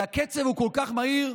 והקצב הוא כל כך מהיר.